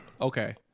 Okay